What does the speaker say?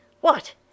What